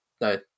No